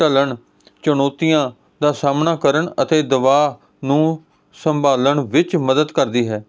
ਢਲਣ ਚੁਣੌਤੀਆਂ ਦਾ ਸਾਹਮਣਾ ਕਰਨ ਅਤੇ ਦਬਾਅ ਨੂੰ ਸੰਭਾਲਣ ਵਿੱਚ ਮਦਦ ਕਰਦੀ ਹੈ